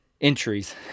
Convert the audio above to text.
entries